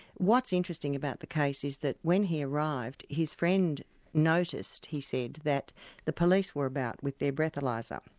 what's interesting about the case is that when he arrived, his friend noticed, he said, that the police were about with their breathalyser,